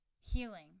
healing